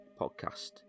podcast